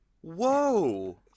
Whoa